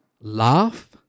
laugh